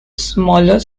smaller